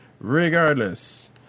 regardless